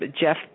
Jeff